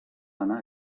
anar